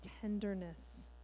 tenderness